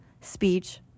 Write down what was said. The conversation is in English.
speech